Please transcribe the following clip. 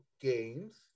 games